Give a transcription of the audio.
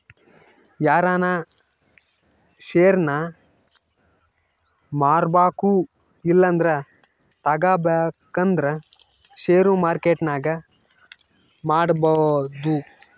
ಯಾರನ ಷೇರ್ನ ಮಾರ್ಬಕು ಇಲ್ಲಂದ್ರ ತಗಬೇಕಂದ್ರ ಷೇರು ಮಾರ್ಕೆಟ್ನಾಗ ಮಾಡ್ಬೋದು